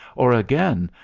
or again,